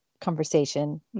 conversation